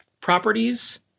properties